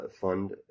fund